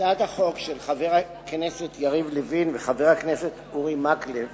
הצעת החוק של חבר הכנסת יריב לוין וחבר הכנסת אורי מקלב